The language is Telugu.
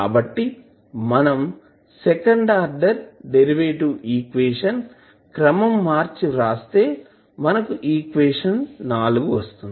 కాబట్టి మనం సెకండ్ ఆర్డర్ డెరివేటివ్ ఈక్వేషన్ క్రమం మర్చి వ్రాస్తే మనకు ఈక్వేషన్ వస్తుంది